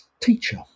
teacher